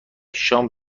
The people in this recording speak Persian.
شام